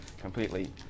completely